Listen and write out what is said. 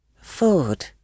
Food